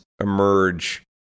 emerge